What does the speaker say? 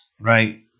right